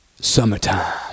summertime